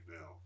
now